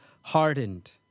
hardened